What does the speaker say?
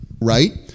Right